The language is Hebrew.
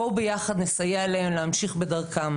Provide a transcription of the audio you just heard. בואו נסייע להם להמשיך בדרכם.